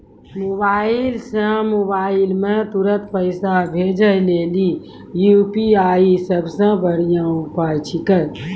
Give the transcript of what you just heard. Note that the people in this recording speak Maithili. मोबाइल से मोबाइल मे तुरन्त पैसा भेजे लेली यू.पी.आई सबसे बढ़िया उपाय छिकै